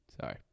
Sorry